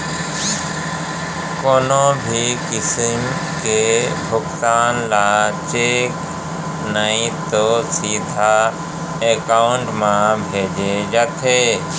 कोनो भी किसम के भुगतान ल चेक नइ तो सीधा एकाउंट म भेजे जाथे